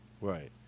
right